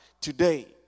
today